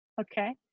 Okay